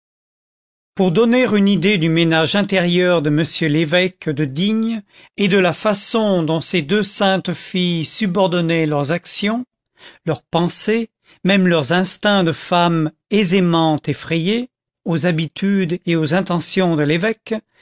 pour donner une idée du ménage intérieur de m l'évêque de digne et de la façon dont ces deux saintes filles subordonnaient leurs actions leurs pensées même leurs instincts de femmes aisément effrayées aux habitudes et aux intentions de l'évêque